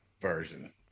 version